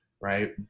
right